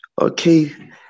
Okay